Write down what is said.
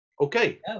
Okay